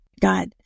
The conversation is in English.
God